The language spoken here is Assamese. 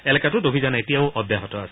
এলেকাটোত অভিযান এতিয়াও অব্যাহত আছে